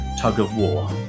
tug-of-war